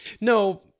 no